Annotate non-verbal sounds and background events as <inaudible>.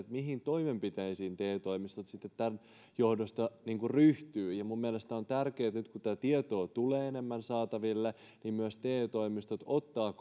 mihin toimenpiteisiin te toimistot sitten tämän johdosta ryhtyvät minun mielestäni on tärkeätä nyt kun tätä tietoa tulee enemmän saataville että myös te toimistot ottavat <unintelligible>